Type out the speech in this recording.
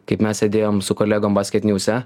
kaip mes sėdėjom su kolegom basketniuse